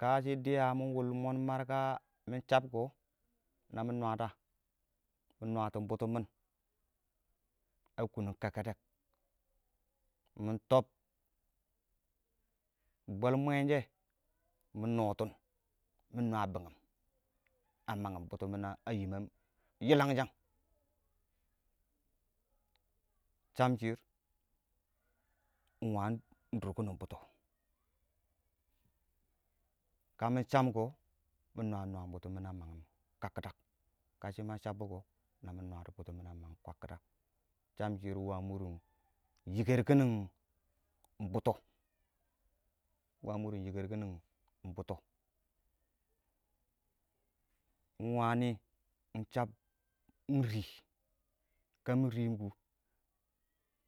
kashɪ dɪya mɪ wɔi moni marka mɪ shab kɔ nami nwaa da? mɪ nwaatin bʊtɔ mɪn a kunum kekkedek mɪ toob, bweel mwenshe mɪ nootin mɪ nwaa a bingim a mangim bʊtɔ a yiməm yilanghang shamshɪr ingwan dʊrkin bʊtɔ, tɔ kamɪ shamkɔ mɪ nwaam nwaam bʊts mɪn a mangim kakkidaki kashɪ ma shabbɔ kɔ nami nwaadɔ bʊtɔ a mangim kwakkidaki shamshɪr, iɪng wa mʊrrʊn yikər kinin bʊtɔ ingwa ingshab ingrii kə mɪ riim kʊ